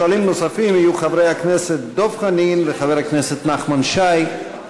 שואלים נוספים יהיו חבר הכנסת דב חנין וחבר הכנסת נחמן שי.